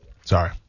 Sorry